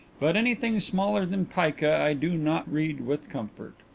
but anything smaller than pica i do not read with comfort,